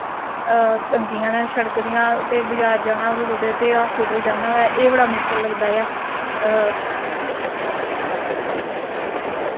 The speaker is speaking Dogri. तंगियां न शड़क दियां ते बज़ार जाना होऐ कुदै ते हॉस्पिटल जाना होए ते एह् बड़ा मुशकल लगदा ऐ